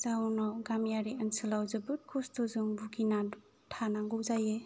जाहोनाव गामियारि ओनसोलाव जोबोद खस्थ'जों भुगिनान थानांगौ जायो